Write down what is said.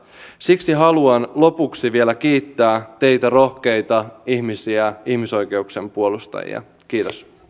siksi haluan lopuksi vielä kiittää teitä rohkeita ihmisiä ihmisoikeuksien puolustajia kiitos